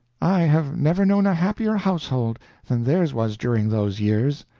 i have never known a happier household than theirs was during those years.